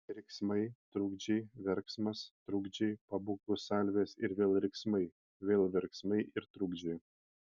riksmai trukdžiai verksmas trukdžiai pabūklų salvės ir vėl riksmai vėl verksmai ir trukdžiai